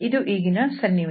ಇದು ಈಗಿನ ಸನ್ನಿವೇಶ